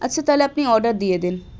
আচ্ছা তাহলে আপনি অর্ডার দিয়ে দিন